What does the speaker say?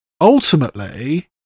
ultimately